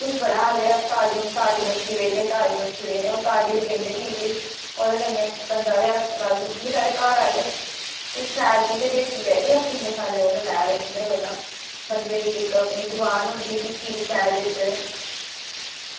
की बड़ा आक्खनै अस ताज़ी मच्छी दिन्ने ताज़ी मच्छी दिन्ने ठीक ऐ पर ताज़ी ते बिंद गै निं निकली ओह्दे कन्नै बंदा ते सारे अस्पताल पुज्जी गे सारे घरैआह्ले ते शैल चीज़ ते बेचनी चाहिदी अस इन्ने चिरै दे लेआ दे तुंदे कोला ते बंदे दी अपनी इक्क जुबान होंदी कि चीज़ शैल देचै